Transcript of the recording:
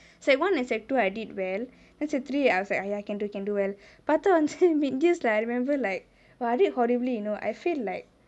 secondary one and secondary two I did well then secondary three I was like !aiya! I can do can do well but பாத்த வந்து:paatha vanthu mid-years லே:le I remember like !wah! I did horribly you know I failed like